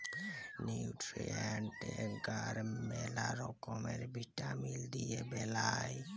nutrient এগার ম্যালা রকমের ভিটামিল দিয়ে বেলায়